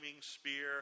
spear